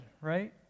right